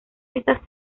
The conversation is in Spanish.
estas